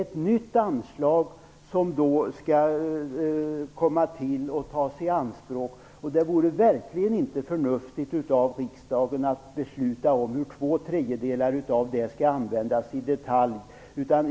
Ett nytt anslag skall då komma till och tas i anspråk, och det vore verkligen inte förnuftigt av riksdagen att i detalj besluta om hur två tredjedelar av det skall användas.